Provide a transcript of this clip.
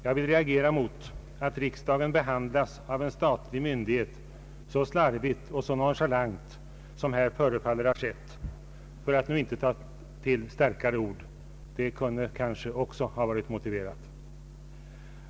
Jag vill reagera mot att riksdagen av en statlig myndighet behandlas så slarvigt och så nonchalant som här förefaller ha skett — för att nu inte ta till starkare ord, vilket kanske kunde ha varit motiverat.